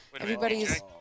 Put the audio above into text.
everybody's